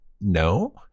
no